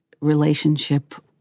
relationship